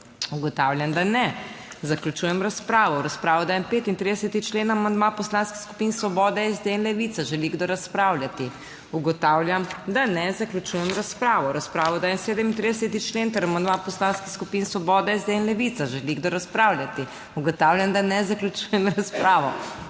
Ugotavljam, da ne. Zaključujem razpravo. V razpravo dajem 35. člen, amandma Poslanskih skupin Svoboda, SD in Levica. Želi kdo razpravljati? (Ne.) Ugotavljam, da ne. Zaključujem razpravo. V razpravo dajem 37. člen ter amandma Poslanskih skupin Svoboda, SD in Levica. Želi kdo razpravljati? (Ne.) Ugotavljam, da ne. Zaključujem razpravo.